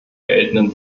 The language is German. geltenden